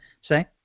say